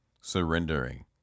surrendering